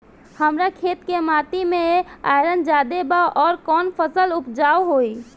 हमरा खेत के माटी मे आयरन जादे बा आउर कौन फसल उपजाऊ होइ?